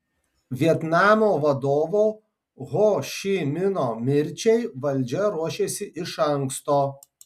vietnamo vadovo ho ši mino mirčiai valdžia ruošėsi iš anksto